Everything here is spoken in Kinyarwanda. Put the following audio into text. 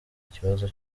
ikibazo